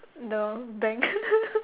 the bank